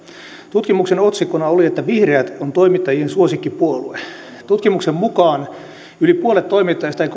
tutkimuksen otsikkona oli että vihreät on toimittajien suosikkipuolue tutkimuksen mukaan yli puolet toimittajista ei